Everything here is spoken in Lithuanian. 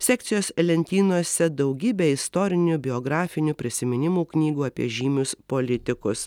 sekcijos lentynose daugybė istorinių biografinių prisiminimų knygų apie žymius politikus